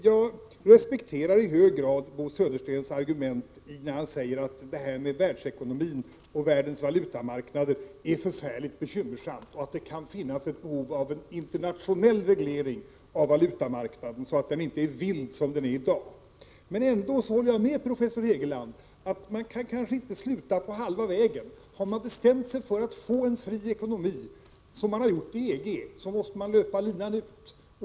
Jag respekterar i hög grad Bo Söderstens argument när han säger att världsekonomin och världens valutamarknader är någonting förfärligt bekymmersamt och att det kan finnas behov av en internationell reglering av valutamarknaden så att den inte är vild, som den är i dag. Men ändå håller jag med professor Hegeland att man inte kan sluta på halva vägen. Har man bestämt sig för att få en fri ekonomi, som man har gjort i EG, måste man löpa linan ut.